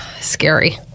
scary